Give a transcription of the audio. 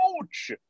coach